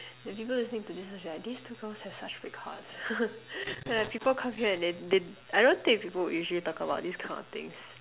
the people listening to this must be like these two girls have such big hearts the people come here and then they I don't think that people will usually talk about this kind of things